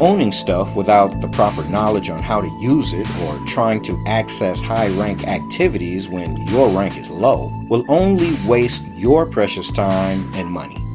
owning stuff without the proper knowledge on how to use it or trying to access high-rank activities when your rank is low, will only waste your precious time and money.